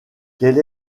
quelle